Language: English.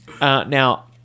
now